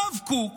הרב קוק